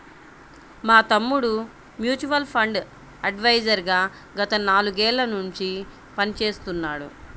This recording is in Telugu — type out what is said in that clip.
మా తమ్ముడు మ్యూచువల్ ఫండ్ అడ్వైజర్ గా గత నాలుగేళ్ళ నుంచి పనిచేస్తున్నాడు